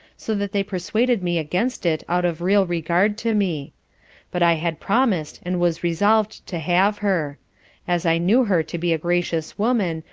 so that they persuaded me against it out of real regard to me but i had promised and was resolved to have her as i knew her to be a gracious woman,